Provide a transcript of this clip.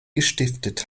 gestiftet